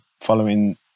following